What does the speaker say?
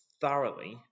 thoroughly